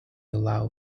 allow